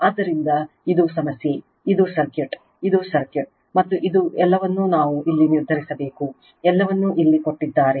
ಆದ್ದರಿಂದ ಇದು ಸಮಸ್ಯೆ ಇದು ಸರ್ಕ್ಯೂಟ್ ಇದು ಸರ್ಕ್ಯೂಟ್ ಮತ್ತು ಎಲ್ಲವನ್ನೂ ನಾವು ಇಲ್ಲಿ ನಿರ್ಧರಿಸಬೇಕು ಎಲ್ಲವನ್ನು ಇಲ್ಲಿ ಕೊಟ್ಟಿದ್ದಾರೆ